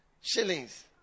shillings